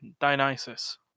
Dionysus